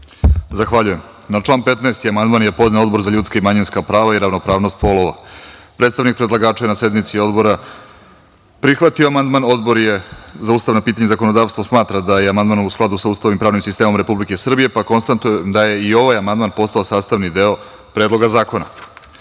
Zahvaljujem. Na član 15. amandman je podneo Odbor za ljudska i manjinska prava i ravnopravnost polova. Predstavnik predlagača je na sednici Odbora prihvatio amandman. Odbor za ustavna pitanja i zakonodavstvo smatra da je amandman u skladu sa Ustavom i pravnim sistemom Republike Srbije. Konstatujem da je ovaj amandman postao sastavni deo Predloga zakona. Na